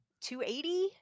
280